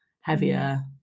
heavier